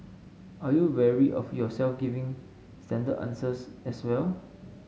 are you wary of yourself giving standard answers as well